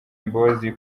imbabazi